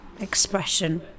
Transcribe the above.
expression